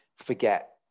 forget